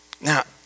Now